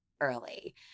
early